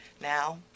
now